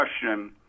question